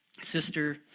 sister